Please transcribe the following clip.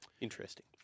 Interesting